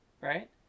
right